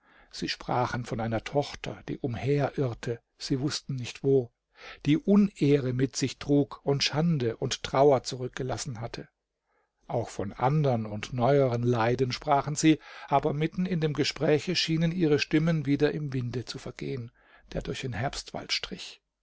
sie sprachen von einer tochter die umherirrte sie wußten nicht wo die unehre mit sich trug und schande und trauer zurückgelassen hatte auch von andern und neueren leiden sprachen sie aber mitten in dem gespräche schienen ihre stimmen wieder im winde zu vergehen der durch den herbstwald strich